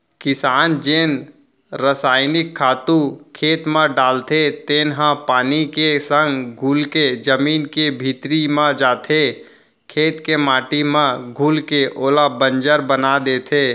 किसान जेन रसइनिक खातू खेत म डालथे तेन ह पानी के संग घुलके जमीन के भीतरी म जाथे, खेत के माटी म घुलके ओला बंजर बना देथे